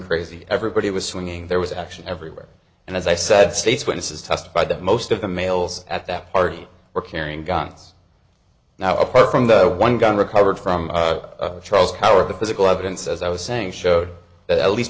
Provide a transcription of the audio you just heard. crazy everybody was swinging there was action everywhere and as i said state's witnesses testified that most of the males at that party were carrying guns now apart from the one gun recovered from charles howard the physical evidence as i was saying showed that at least